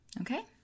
Okay